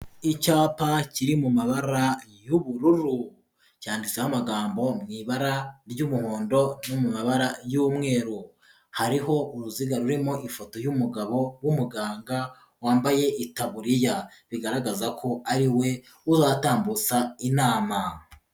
Icyapa kiri mu mabara y'ubururu, cyanditseho amagambo mu ibara ry'umuhondo, no mu mabara y'umweru, hariho uruziga rurimo ifoto y'umugabo w'umuganga wambaye itaburiya, bigaragaza ko ari we uzatambutsa inama,